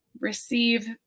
receive